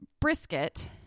brisket